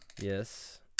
Yes